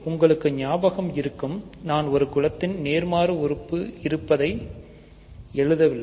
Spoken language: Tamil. உங்களுக்கு ஞாபகம் இருக்கும் நான் ஒரு குலத்தின் நேர்மாறு உறுப்பு இருப்பதை எழுதவில்லை